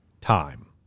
time